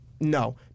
No